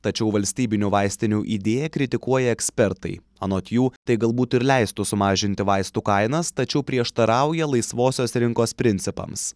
tačiau valstybinių vaistinių idėją kritikuoja ekspertai anot jų tai galbūt ir leistų sumažinti vaistų kainas tačiau prieštarauja laisvosios rinkos principams